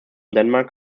denmark